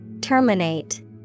Terminate